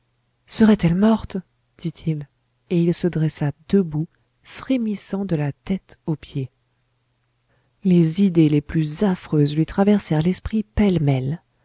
serait-elle morte dit-il et il se dressa debout frémissant de la tête aux pieds les idées les plus affreuses lui traversèrent l'esprit pêle-mêle